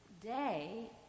day